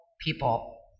people